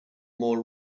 more